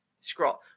scroll